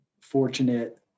fortunate